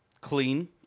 Clean